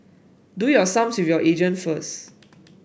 do your sums with your agent first